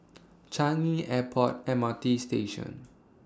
Changi Airport M R T Station